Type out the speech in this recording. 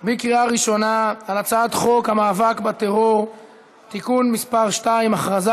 בקריאה ראשונה על הצעת חוק המאבק בטרור (תיקון מס' 2) (הכרזה